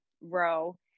row